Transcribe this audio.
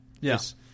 yes